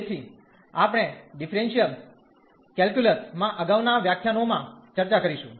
તેથી આપણે differential calculus માં અગાઉના વ્યાખ્યાનો માં ચર્ચા કરીશું